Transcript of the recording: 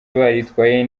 baritwaye